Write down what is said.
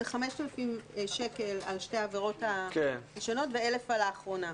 זה 5,000 שקל על שתי העבירות הראשונות ו-1,000 שקל על העבירה האחרונה.